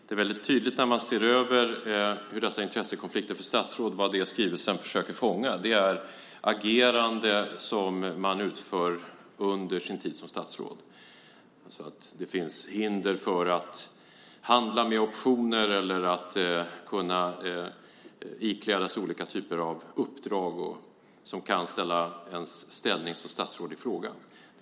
När man ser över vad det är man försöker fånga i skrivelsen om intressekonflikter för statsråd är det tydligt att det är det agerande som någon har under sin tid som statsråd. Det finns hinder för att handla med optioner eller för att ikläda sig olika typer av uppdrag som gör att ens ställning som statsråd ifrågasätts.